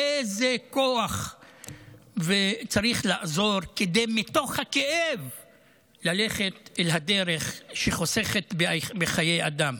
איזה כוח צריך לאזור כדי ללכת מתוך הכאב בדרך שחוסכת בחיי אדם.